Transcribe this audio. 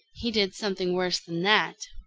he did something worse than that.